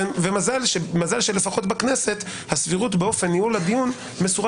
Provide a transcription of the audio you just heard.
ומזל שלפחות בכנסת הסבירות באופן ניהול הדיון מסורה